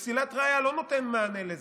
והחוק שלך לפסילת ראיה לא נותן מענה לזה.